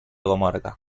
comarca